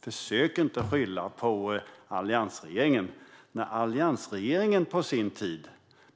Försök inte skylla på alliansregeringen, Emma Wallrup! Alliansregeringen plockade på sin tid,